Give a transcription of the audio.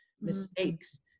mistakes